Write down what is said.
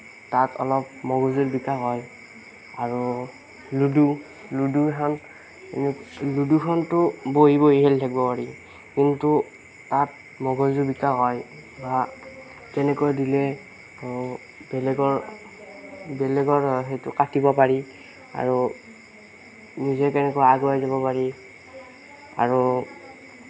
তাত অলপ মগজুৰ বিকাশ হয় আৰু লুডু লুডুখন লুডুখনতো বহি বহিয়ে খেলি থাকিব পাৰি কিন্তু তাত মগজুৰ বিকাশ হয় বা কেনেকৈ দিলে বেলেগৰ সেইটো কাটিব পাৰি আৰু নিজে কেনেকৈ আগুৱাই যাব পাৰি আৰু